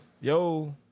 Yo